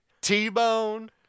t-bone